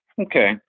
Okay